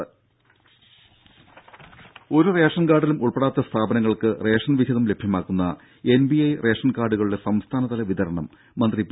രുമ ഒരു റേഷൻ കാർഡിലും ഉൾപ്പെടാത്ത സ്ഥാപനങ്ങൾക്ക് റേഷൻ വിഹിതം ലഭ്യമാക്കുന്ന എൻപിഐ റേഷൻ കാർഡുകളുടെ സംസ്ഥാനതല വിതരണം മന്ത്രി പി